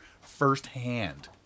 firsthand